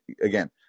again